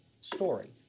story